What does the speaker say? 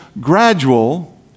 gradual